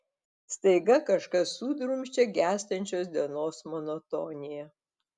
staiga kažkas sudrumsčia gęstančios dienos monotoniją